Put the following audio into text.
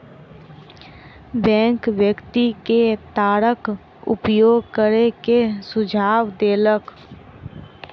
bank व्यक्ति के तारक उपयोग करै के सुझाव देलक